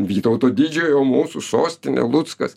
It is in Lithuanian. vytauto didžiojo mūsų sostinė luckas